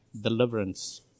deliverance